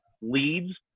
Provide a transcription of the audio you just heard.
leads